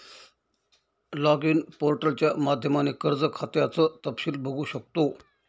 login पोर्टलच्या माध्यमाने कर्ज खात्याचं तपशील बघू शकतो